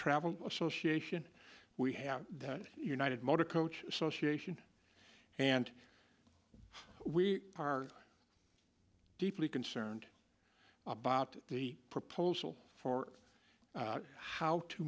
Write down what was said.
travel association we have the united motor coach association and we are deeply concerned about the proposal for how to